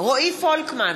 רועי פולקמן,